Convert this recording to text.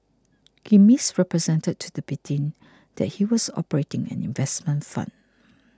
he misrepresented to the victim that he was operating an investment fund